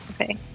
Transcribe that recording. Okay